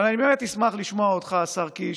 אבל אני באמת אשמח לשמוע אותך, השר קיש,